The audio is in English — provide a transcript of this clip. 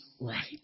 right